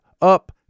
up